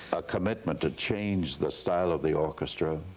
a commitment to change the style of the orchestra